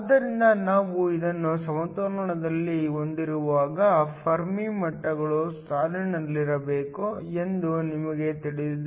ಆದ್ದರಿಂದ ನಾವು ಇದನ್ನು ಸಮತೋಲನದಲ್ಲಿ ಹೊಂದಿರುವಾಗ ಫೆರ್ಮಿ ಮಟ್ಟಗಳು ಸಾಲಿನಲ್ಲಿರಬೇಕು ಎಂದು ನಮಗೆ ತಿಳಿದಿದೆ